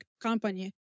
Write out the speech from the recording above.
company